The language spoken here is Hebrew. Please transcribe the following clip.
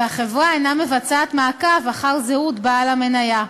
והחברה אינה מבצעת מעקב אחר זהות בעל המניה.